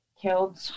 killed